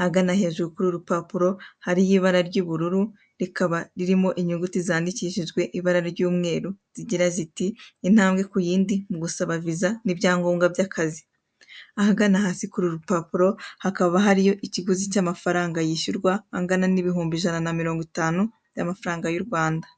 ahagana hejuru kuri uru rupapuro hariyo ibara ry'ubururu rikaba ririmo inyuguti zandikishijwe ibara ry'umweru zigira ziti: "intambwe ku yindi mu gusaba viza n'ibyangombwa by'akazi", ahagana hasi kuri uru rupapuro hakaba hariyo ikiguzi cy'amafaranga yishyurwa angana n'ibihumbi ijana na mirongo itanu bya mafaranga y'u Rwanda.